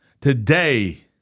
today